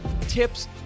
tips